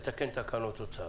לתקן תקנות או צו,